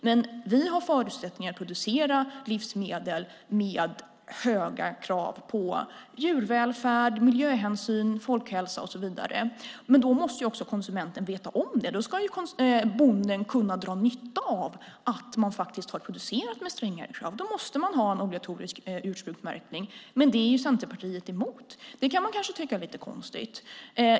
Men vi har förutsättningar att producera livsmedel med höga krav på djurvälfärd, miljöhänsyn, folkhälsa och så vidare. Men då måste också konsumenten veta om det, och bonden ska kunna dra nytta av att man har producerat med strängare krav. Då måste man ha en obligatorisk ursprungsmärkning. Men det är Centerpartiet emot. Det kan man tycka är lite konstigt.